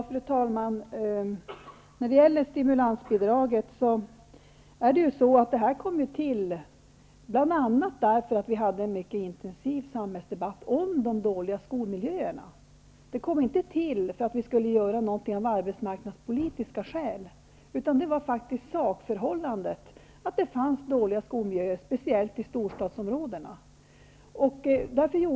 Fru talman! Stimulansbidraget infördes bl.a. därför att vi hade en mycket intensiv samhällsdebatt om de dåliga skolmiljöerna. Det infördes inte för att vi skulle göra något av arbetsmarknadspolitiska skäl. Det infördes faktiskt på grund av sakförhållandet, att det fanns dåliga skolmiljöer, speciellt i storstadsområdena.